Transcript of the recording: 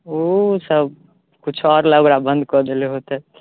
ओसब किछु आओरलए ओकरा बन्द कऽ देने हेतै